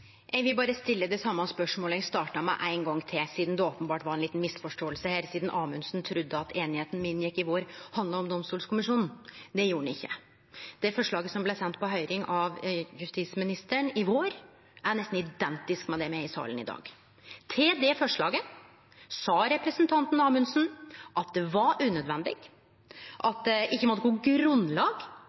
Eg vil berre stille det same spørsmålet som eg starta med, éin gong til, sidan det openbert var ei lita misforståing her. Amundsen trudde at einigheita me inngjekk i vår, handla om domstolkommisjonen. Det gjorde ho ikkje. Det forslaget som blei sendt på høyring av justisministeren i vår, er nesten identisk med det me har i salen i dag. Til det forslaget sa representanten Amundsen at det var unødvendig, at det ikkje var noko grunnlag